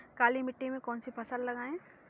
काली मिट्टी में कौन सी फसल लगाएँ?